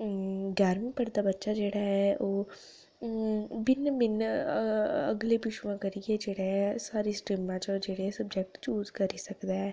हून ञारमीं पढ़दा बच्चा जेह्ड़ा ऐ ओह् भिन्न भिन्न अगले पिछुआं करियै जेह्ड़ा ऐ सारे स्ट्रीमां च ओह् जेह्ड़े सब्जैक्ट चूज करी सकदा ऐ